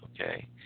okay